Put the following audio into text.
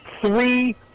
three